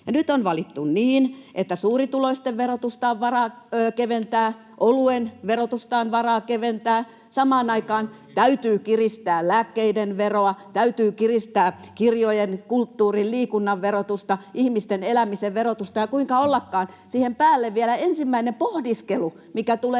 Nyt on valittu niin, että suurituloisten verotusta on varaa keventää, oluen verotusta on varaa keventää, samaan aikaan täytyy kiristää lääkkeiden veroa, täytyy kiristää kirjojen, kulttuurin ja liikunnan verotusta, ihmisten elämisen verotusta, ja kuinka ollakaan, siihen päälle vielä ensimmäinen pohdiskelu, mikä tulee